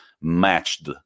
matched